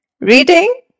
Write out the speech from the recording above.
Reading